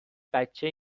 بچه